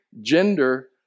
gender